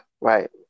Right